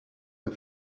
her